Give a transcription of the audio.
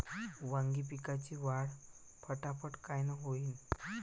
वांगी पिकाची वाढ फटाफट कायनं होईल?